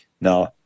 Now